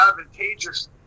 advantageous